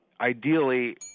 ideally